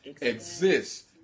exist